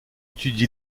étudie